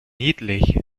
niedlich